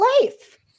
life